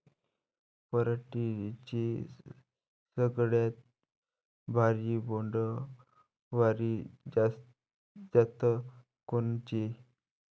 पराटीची सगळ्यात भारी बोंड वाली जात कोनची?